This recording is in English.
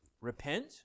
repent